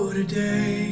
today